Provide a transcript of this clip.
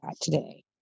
today